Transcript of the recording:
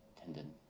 tendon